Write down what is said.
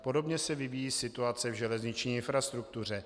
Podobně se vyvíjí situace v železniční infrastruktuře.